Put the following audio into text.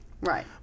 Right